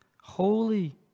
holy